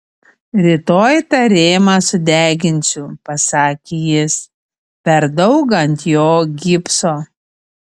rytoj tą rėmą sudeginsiu pasakė jis per daug ant jo gipso